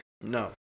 No